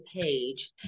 page